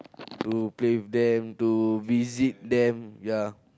to play with them to visit them ya